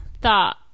thought